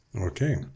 Okay